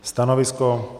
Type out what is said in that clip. Stanovisko?